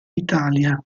italia